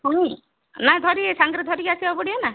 ହୁଁ ନାଁ ଧରି ସାଙ୍ଗରେ ଧରିକି ଆସିବାକୁ ପଡ଼ିବ ନା